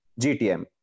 GTM